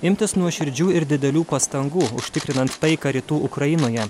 imtis nuoširdžių ir didelių pastangų užtikrinant taiką rytų ukrainoje